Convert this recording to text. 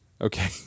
okay